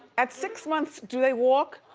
at six months, do they walk?